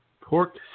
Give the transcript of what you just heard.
Pork